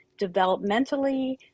developmentally